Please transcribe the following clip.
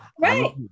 right